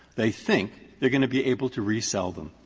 they think they're going to be able to resell them.